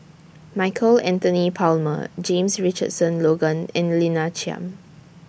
Michael Anthony Palmer James Richardson Logan and Lina Chiam